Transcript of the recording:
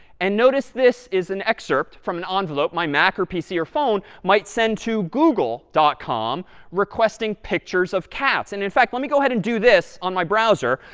and notice, this is an excerpt from an envelope my mac or pc or phone might send to google dot com requesting pictures of cats. and in fact, let me go ahead and do this on my browser.